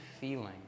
feeling